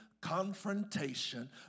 confrontation